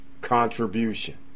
contribution